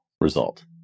result